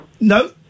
No